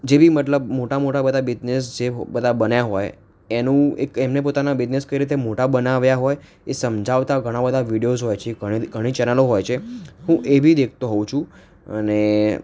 જેવી મતલબ મોટાં મોટાં બધાં બિઝનેસ જે બધાં બન્યાં હોય એનું એક એમને પોતાના બિઝનેસ કઈ રીતે મોટા બનાવ્યા હોય એ સમજાવતાં ઘણાં બધાં વિડિયોઝ હોય છે ઘણી ઘણી ચેનલો હોય છે હું એબી દેખતો હોઉં છું અને